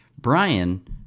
Brian